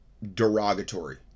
derogatory